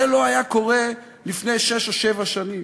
זה לא היה קורה לפני שש או שבע שנים.